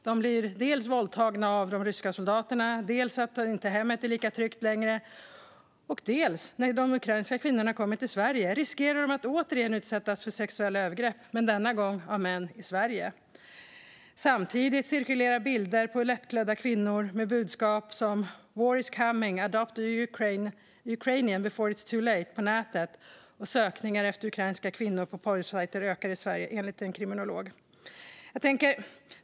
Dels blir de våldtagna av de ryska soldaterna, dels är hemmet inte lika tryggt längre, dels riskerar de att återigen utsättas för sexuella övergrepp, men denna gång av män i Sverige. Samtidigt cirkulerar bilder på lättklädda kvinnor med budskap som "war is coming" eller "adopt a Ukrainian before it is too late" på nätet, och sökningar efter ukrainska kvinnor på porrsajter ökar i Sverige, enligt en kriminolog.